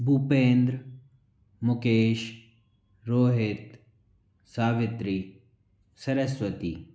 Bhupendra Mukesh Rohit Savitri Saraswati